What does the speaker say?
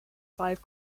five